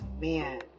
man